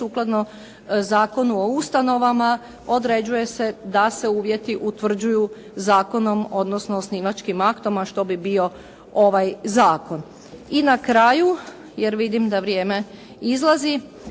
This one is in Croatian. sukladno Zakonu o ustanovama određuje se da se uvjeti utvrđuju zakonom odnosno osnivačkim aktom a što bi bio ovaj zakon. I na kraju jer vidim da vrijeme izlazi